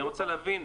אני רוצה להבין.